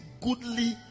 goodly